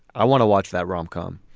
i want to watch that rom com